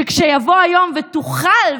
שכשיבוא היום שתוכל,